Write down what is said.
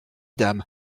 dame